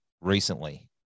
recently